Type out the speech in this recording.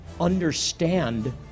understand